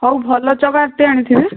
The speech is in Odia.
ହଉ ଭଲ ଚକାଟେ ଅଣିଥିବେ